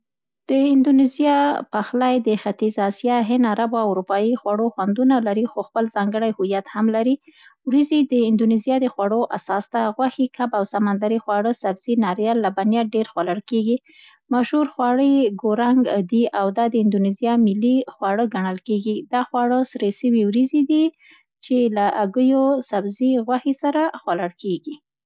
د اندویزیا پخلی د ختیځې آسیا، هند، عربو او اروپایي خوړو خوندونو لري خو خپل ځانګړی هویت هم لري. وریځي د اندونیزیا د خوړو اساس ده. غوښې، کب او سمندري خواړه، سبزي، ناریل، لبنیات ډېر خوړل کېږي. مشهور خواړه ګورنګ دي او دا د اندونیزیا ملي خواړه ګڼل کېږي. دا خواړه سرې سوي وریځې دي، چي له هګیو، سبزي، غوښې سره خوړل کېږي.